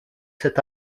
cet